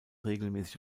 regelmäßig